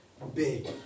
Big